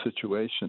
situation